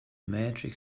magic